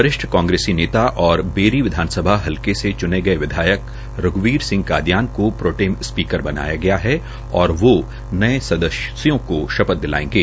वरिष्ठ कांग्रेस नेता और बेरी विधानसभा हलके के चुने गये विधायक रघुवीर सिंह कादियान को प्रोटेम स्पीकर बनाया गया है वो नये सदस्यों को शपथ दिलायेंगे